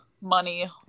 money